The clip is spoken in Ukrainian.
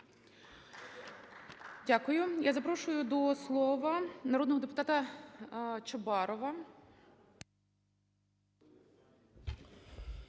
Дякую. Я запрошую до слова народного депутата Оксану